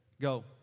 Go